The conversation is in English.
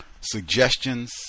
suggestions